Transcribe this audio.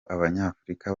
abanyafurika